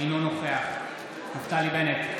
אינו נוכח נפתלי בנט,